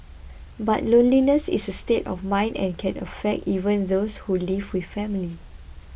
but loneliness is a state of mind and can affect even those who live with family